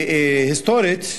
והיסטורית,